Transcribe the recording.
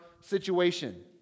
situation